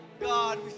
God